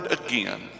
again